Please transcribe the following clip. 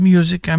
Music